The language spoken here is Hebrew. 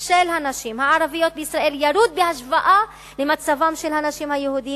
של הנשים הערביות בישראל ירוד בהשוואה למצבן של הנשים היהודיות,